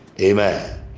amen